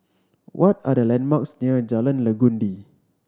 what are the landmarks near Jalan Legundi